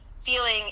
feeling